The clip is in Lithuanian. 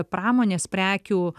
pramonės prekių